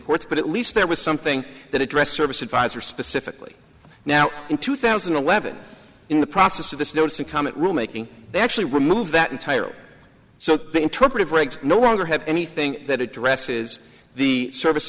courts but at least there was something that addressed service advisor specifically now in two thousand and eleven in the process of this notice and comment room making they actually remove that entire so they interpret regs no longer have anything that addresses the service